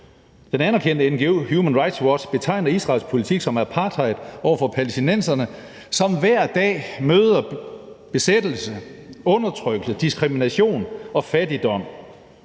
Den anerkendte ngo Human Rights Watch betegner Israels politik som apartheid over for palæstinenserne, som hver dag møder besættelse, undertrykkelse, diskrimination og fattigdom.